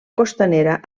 costanera